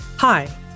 Hi